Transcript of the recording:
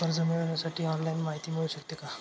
कर्ज मिळविण्यासाठी ऑनलाईन माहिती मिळू शकते का?